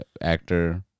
actor